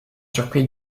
surpris